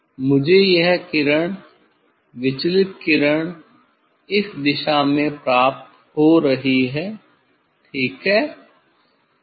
मुझे यह किरण विचलित किरण इस दिशा में प्राप्त हो रही है ठीक है